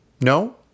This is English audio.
No